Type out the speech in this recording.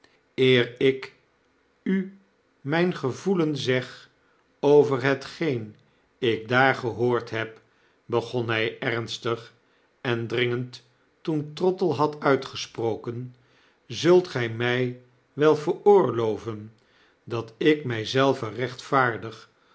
eer ik u mijn gevoelen zeg over hetgeen ik daar gehoord heb begon hij ernstig en dringend toen trottle had uitgesproken zult gy mij wel veroorloven dat ik'my zelvenrechtvaardig